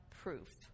proof